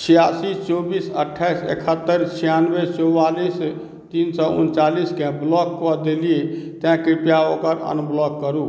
छियासी चौबीस अठ्ठाइस एकहत्तरि छियानबे चौवालीस तीन सए उनचालीसकेँ ब्लॉक कऽ देलियै तेँ कृप्या ओकरा अनब्लॉक करू